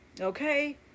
Okay